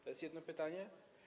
To jest jedno pytanie.